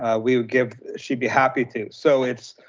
ah we would give, she'd be happy to. so it's,